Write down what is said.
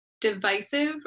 Divisive